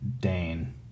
Dane